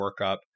workup